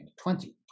twenty